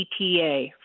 ETA